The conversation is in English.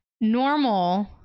normal